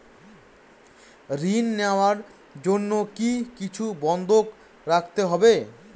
ঋণ নেওয়ার জন্য কি কিছু বন্ধক রাখতে হবে?